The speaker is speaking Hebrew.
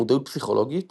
מודעות פסיכולוגית